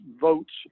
votes